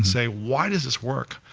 say why does this work?